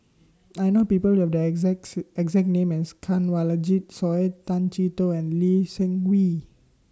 I know People Who Have The exact exact name as Kanwaljit Soin Tay Chee Toh and Lee Seng Wee